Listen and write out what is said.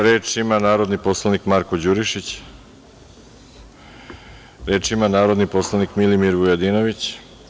Reč ima narodni poslanik Marko Đurišić. (Nije tu) Reč ima narodni poslanik Milimir Vujadinović.